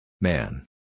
Man